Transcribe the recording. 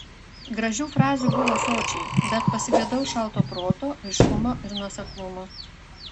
gražių frazių buvo sočiai bet pasigedau šalto proto aiškumo ir nuoseklumo